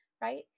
right